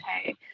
Okay